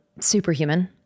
Superhuman